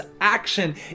action